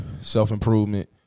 Self-improvement